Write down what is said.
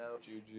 Juju